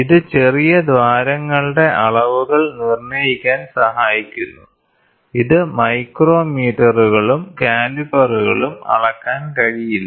ഇത് ചെറിയ ദ്വാരങ്ങളുടെ അളവുകൾ നിർണ്ണയിക്കാൻ സഹായിക്കുന്നു ഇത് മൈക്രോമീറ്ററുകളും കാലിപ്പറുകളും അളക്കാൻ കഴിയില്ല